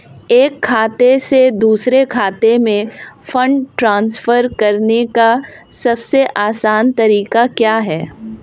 एक खाते से दूसरे खाते में फंड ट्रांसफर करने का सबसे आसान तरीका क्या है?